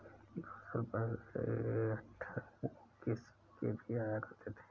बहुत साल पहले अठन्नी के सिक्के भी आया करते थे